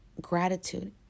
Gratitude